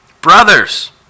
Brothers